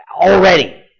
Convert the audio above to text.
already